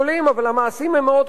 אבל המעשים הם מאוד קטנים,